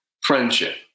friendship